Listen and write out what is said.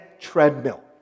treadmill